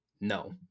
no